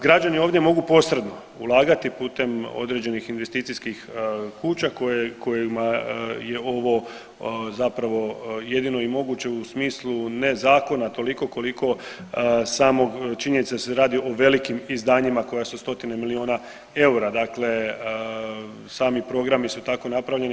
Građani ovdje mogu posredno ulagati putem određenih investicijskih kuća koje, kojima je ovo zapravo jedino i moguće u smislu ne zakona toliko koliko samog činjenice da se radi o velikim izdanjima koja su stotine milijuna eura, dakle sami programi su tako napravljeni.